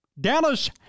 Dallas